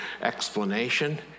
explanation